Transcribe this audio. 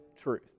truth